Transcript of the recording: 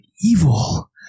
evil